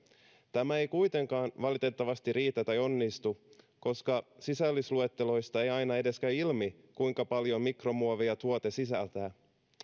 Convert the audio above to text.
tämä ei kuitenkaan valitettavasti riitä tai onnistu koska sisällysluetteloista ei aina edes käy ilmi kuinka paljon mikromuoveja tuote sisältää